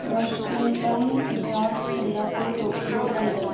Washington New York Singapore Tokyo London